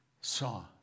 saw